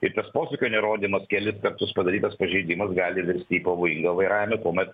ir tas posūkio nerodymas kelis kartus padarytas pažeidimas gali virsti į pavojingą vairavimą kuomet